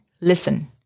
Listen